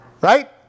Right